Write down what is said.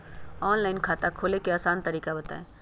Online खाता खोले के आसान तरीका बताए?